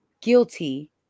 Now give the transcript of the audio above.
guilty